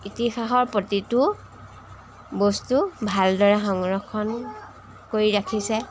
ইতিহাসৰ প্ৰতিটো বস্তু ভালদৰে সংৰক্ষণ কৰি ৰাখিছে